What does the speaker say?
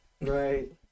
right